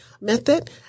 method